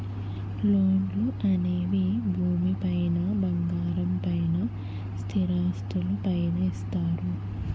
లోన్లు అనేవి భూమి పైన బంగారం పైన స్థిరాస్తులు పైన ఇస్తారు